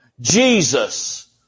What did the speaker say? Jesus